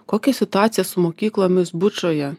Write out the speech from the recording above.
kokia situacija su mokyklomis bučoje